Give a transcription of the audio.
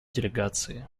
делегации